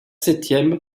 septième